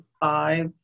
five